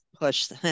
push